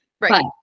right